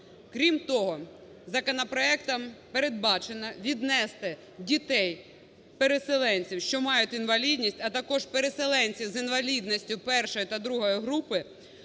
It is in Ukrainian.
Крім того, законопроектом передбачено віднести дітей переселенців, що мають інвалідність, а також переселенців з інвалідністю першої та другої групи